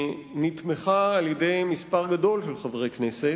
ונתמכה על-ידי מספר גדול של חברי הכנסת.